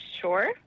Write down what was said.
Sure